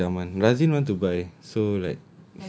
basikal idaman razin want to buy so like